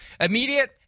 immediate